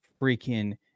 freaking